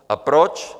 A proč?